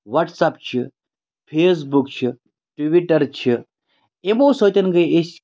WhatsApp چھِ Facebook چھِ Twitter چھِ یِمو سۭتۍ گٔے أسۍ